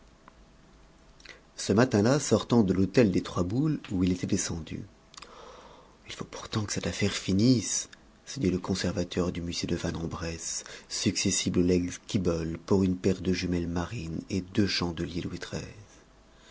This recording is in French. ce matin-là sortant de l'hôtel des trois boules où il était descendu il faut pourtant que cette affaire finisse se dit le conservateur du musée de vanne en bresse successible au legs quibolle pour une paire de jumelles marines et deux chandeliers louis